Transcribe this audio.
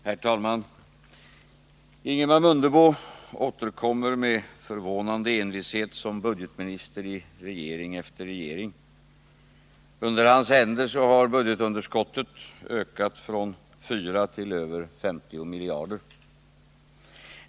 Herr talman! Ingemar Mundebo återkommer med förvånande envishet som budgetminister i regering efter regering. Under hans händer har budgetunderskottet ökat från 4 miljarder kronor till över 50 miljarder kronor.